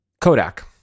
Kodak